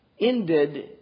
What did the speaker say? ended